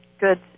good